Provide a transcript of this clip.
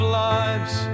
lives